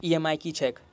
EMI की छैक?